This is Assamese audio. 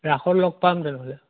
ৰাসত লগ পাম তেনেহ'লে